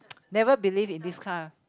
never be believe in this kind